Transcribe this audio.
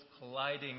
colliding